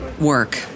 work